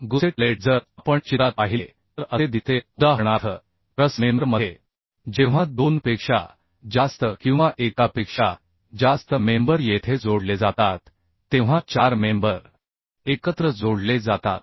gusset plate जर आपण चित्रात पाहिले तर असे दिसते उदाहरणार्थ ट्रस मेंबर मध्ये जेव्हा दोनपेक्षा जास्त किंवा एकापेक्षा जास्त मेंबर येथे जोडले जातात तेव्हा चार मेंबर एकत्र जोडले जातात